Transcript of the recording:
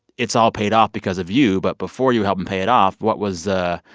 it's all paid off because of you, but before you helped them pay it off, what was the,